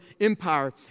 empire